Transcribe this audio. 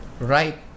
right